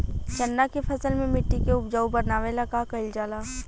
चन्ना के फसल में मिट्टी के उपजाऊ बनावे ला का कइल जाला?